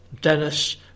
Dennis